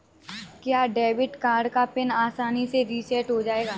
क्या debit card का PIN आसानी से रीसेट हो जाएगा?